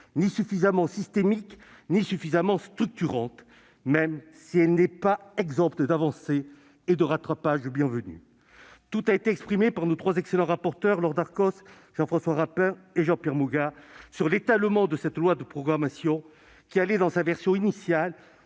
insuffisamment systémique et structurante, de son propre aveu, même si elle n'est pas exempte d'avancées et de rattrapages bienvenus. Tout a été exprimé par nos trois excellents rapporteurs, Laure Darcos, Jean-François Rapin et Jean-Pierre Moga sur l'étalement de cette loi de programmation, qui allait dans sa version initiale